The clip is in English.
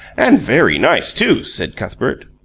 and very nice, too, said cuthbert.